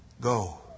go